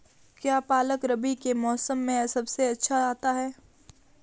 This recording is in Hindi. क्या पालक रबी के मौसम में सबसे अच्छा आता है?